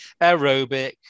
aerobic